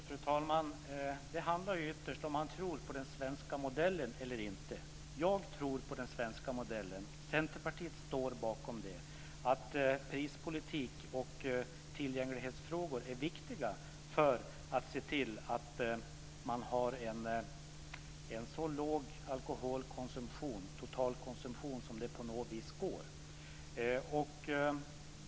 Fru talman! Det handlar ytterst om huruvida man tror på den svenska modellen. Jag tror på den svenska modellen - Centerpartiet står bakom det - att prispolitik och tillgänglighetsfrågor är viktiga för att se till att man har en så låg totalkonsumtion som möjligt.